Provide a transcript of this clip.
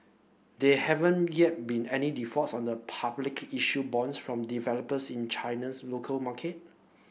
there haven't yet been any defaults on the publicly issued bonds from developers in China's local market